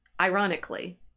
ironically